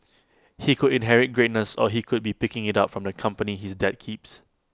he could inherit greatness or he could be picking IT up from the company his dad keeps